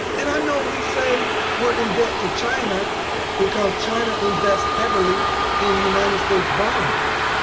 and i know we say we are in debt to china because china invests heavily in united states bonds.